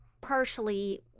partially